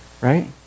Right